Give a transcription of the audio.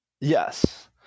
Yes